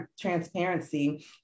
transparency